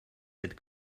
cette